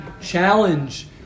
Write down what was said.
challenge